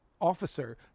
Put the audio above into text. officer